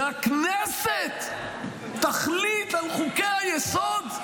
שהכנסת תחליט על חוקי-היסוד?